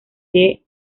the